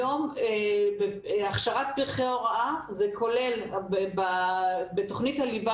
היום הכשרת פרחי הוראה כוללת בתכנית הליבה